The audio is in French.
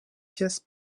pièce